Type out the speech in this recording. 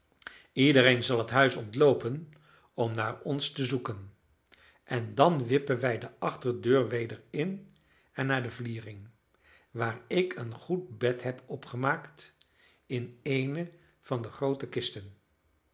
iedereen zal het huis ontloopen om naar ons te zoeken en dan wippen wij de achterdeur weder in en naar de vliering waar ik een goed bed heb opgemaakt in eene van de groote kisten